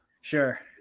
Sure